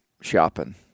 shopping